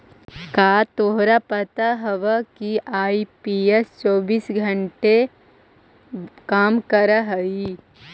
का तोरा पता हवअ कि आई.एम.पी.एस चौबीस घंटे काम करअ हई?